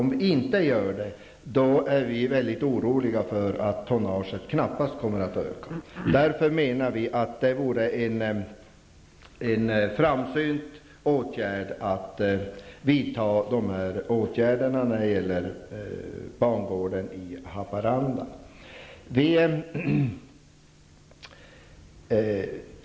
Om vi inte gör det kommer tonnaget knappast att öka. Det vore därför framsynt att vidta dessa åtgärder när det gäller bangården i Haparanda.